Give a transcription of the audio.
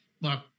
Look